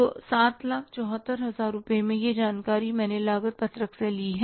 तो 774000 रुपये में यह जानकारी मैंने लागत पत्रक से ली है